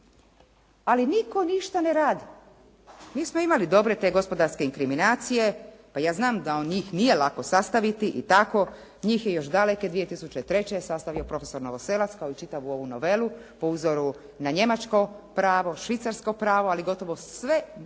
ali nitko ništa ne radi. Mi smo imali dobre te gospodarske inkriminacije. Ja znam da njih nije lako sastaviti i tako, njih je još daleke 2003. sastavio profesor Novoselac kao i čitavu ovu novelu po uzoru na njemačko pravo, švicarsko pravo ali gotovo sve